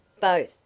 Both